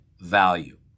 value